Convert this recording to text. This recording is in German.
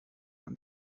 man